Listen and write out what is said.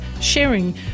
sharing